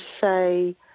say